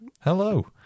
hello